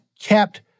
kept